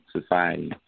society